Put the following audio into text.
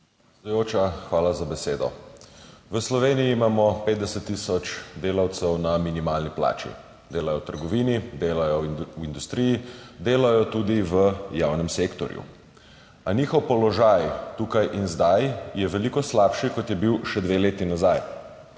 Predsedujoča, hvala za besedo. V Sloveniji imamo 50 tisoč delavcev na minimalni plači. Delajo v trgovini, delajo v industriji, delajo tudi v javnem sektorju. A njihov položaj tukaj in zdaj je veliko slabši, kot je bil še dve leti nazaj.